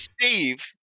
Steve